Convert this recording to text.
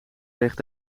weegt